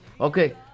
okay